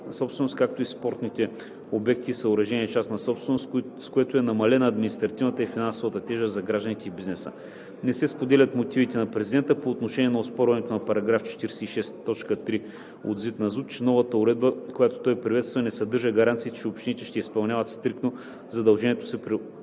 както и спортните обекти и съоръжения – частна собственост, с което е намалена административната и финансова тежест за гражданите и бизнеса. Не се споделят мотивите на президента по отношение на оспорването на § 46, т. 3 от ЗИД на ЗУТ, че новата уредба, която той приветства, не съдържа гаранции, че общините ще изпълняват стриктно задълженията си по